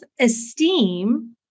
esteem